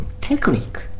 technique